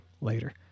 later